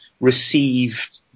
received